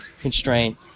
constraint